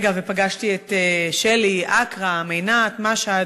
ופגשתי את שלי, את אכרם, את עינת, את משהד,